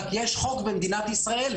רק שיש חוק במדינת ישראל,